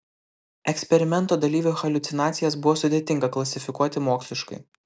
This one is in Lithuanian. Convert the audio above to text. eksperimento dalyvių haliucinacijas buvo sudėtinga klasifikuoti moksliškai